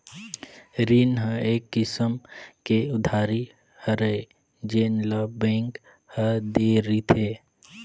रीन ह एक किसम के उधारी हरय जेन ल बेंक ह दे रिथे